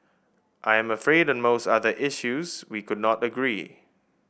I am afraid on most other issues we could not agree